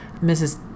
Mrs